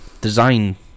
design